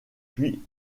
puis